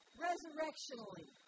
Resurrectionally